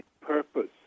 purpose